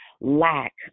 lack